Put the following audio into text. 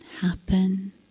happen